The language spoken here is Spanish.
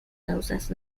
causas